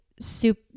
soup